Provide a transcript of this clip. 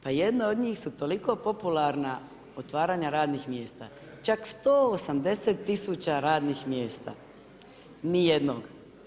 Pa jedna od njih su toliko popularna otvaranja radnih mjesta, čak 180 tisuća radnih mjesta, ni jednog.